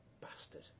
bastard